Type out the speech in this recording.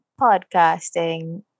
podcasting